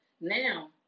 now